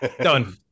done